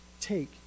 Take